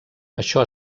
això